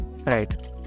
Right